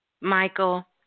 Michael